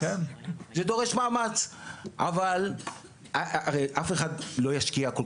זה דורש מאמץ אבל הרי אף אחד לא ישקיע כל